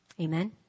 Amen